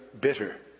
bitter